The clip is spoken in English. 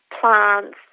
plants